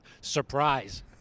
Surprise